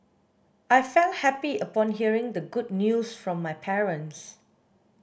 I felt happy upon hearing the good news from my parents